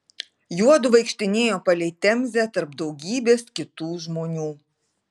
juodu vaikštinėjo palei temzę tarp daugybės kitų žmonių